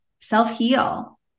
self-heal